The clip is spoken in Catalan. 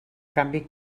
canvi